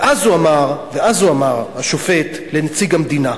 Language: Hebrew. ואז הוא אמר, השופט, לנציג המדינה: